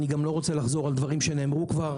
אני גם לא רוצה לחזור על דברים שנאמרו כבר